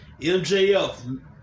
MJF